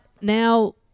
now –